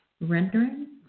rendering